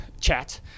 chat